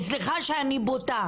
וסליחה שאני בוטה